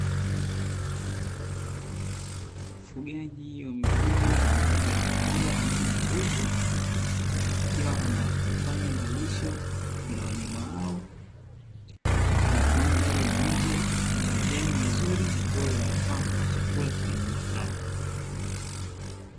Mfugaji wa mifugo ya kufugwa aina ya mbuzi akiwa anafanya malisho ya wanyama hao katika mandhari ya nje yenye majani mazuri ambayo yanafaa kuwa chakula cha wanyama hao.